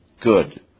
good